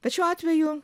bet šiuo atveju